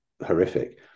horrific